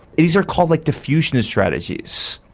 these are called like diffusion and strategies.